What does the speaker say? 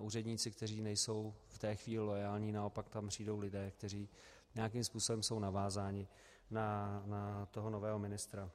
úředníci, kteří nejsou v tu chvíli loajální, naopak tam přijdou lidé, kteří jsou nějakým způsobem navázáni na toho nového ministra.